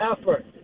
effort